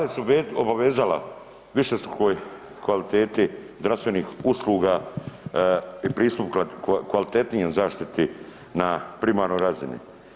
Vlada se obavezala višestrukoj kvaliteti zdravstvenih usluga i pristup kvalitetnijoj zaštiti na primarnoj razini.